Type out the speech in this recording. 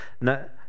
No